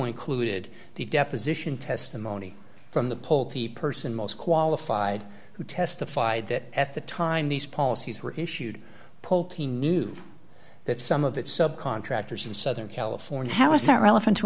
included the deposition testimony from the pole to the person most qualified who testified that at the time these policies were issued pulte knew that some of that subcontractors in southern california how is that relevant to